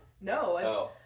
No